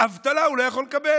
אבטלה הוא לא יכול לקבל.